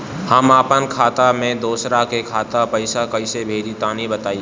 हम आपन खाता से दोसरा के खाता मे पईसा कइसे भेजि तनि बताईं?